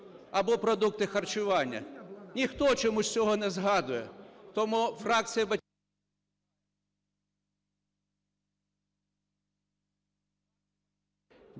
або продукти харчування? Ніхто чомусь цього не згадує. Тому фракція…